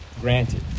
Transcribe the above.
granted